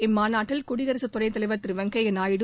இம்மாநாட்டில் குடியரசு துணைத் தலைவர் திரு வெங்கைய நாயுடு